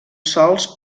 sòls